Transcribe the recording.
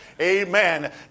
Amen